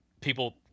people